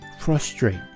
Frustrate